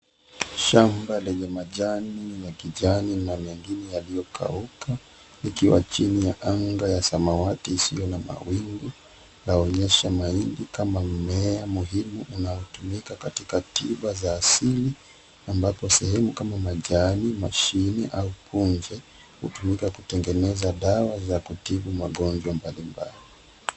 Shamba lenye majani ya kijani na mengine yaliyokauka ikiwa chini ya anga ya samawati isiyo na mawingu linaonyesha mahindi kama mmea muhimu unaotumika katika tiba za asili ambapo sehemu kama majani, mashini au punje hutumika kutengeneza dawa za kutibu magonjwa mbalimbali.